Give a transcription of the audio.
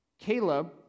Caleb